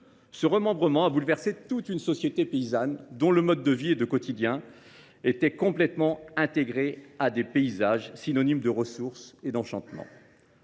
Ce remembrement a bouleversé toute une société paysanne dont le mode de vie et le quotidien étaient complètement intégrés à des paysages synonymes de ressources et d’enchantement.